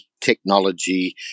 technology